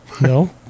No